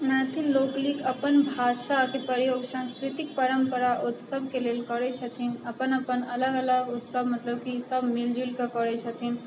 मैथिल लोकनि अपन भाषाक प्रयोग सांस्कृतिक परम्परा उत्सवके लेल करैत छथिन अपन अपन अलग अलग उत्सव मतलब कि सभ मिलि जुलि कऽ करैत छथिन